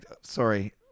Sorry